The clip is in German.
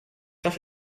das